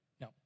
No